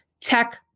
tech